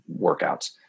workouts